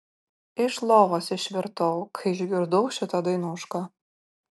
iš lovos išvirtau kai išgirdau šitą dainušką